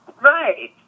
Right